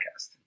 podcast